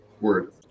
Word